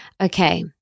Okay